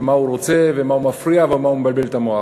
ומה הוא רוצה ומה הוא מפריע ומה הוא מבלבל את המוח.